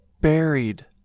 buried